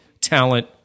talent